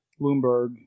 Bloomberg